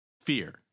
Fear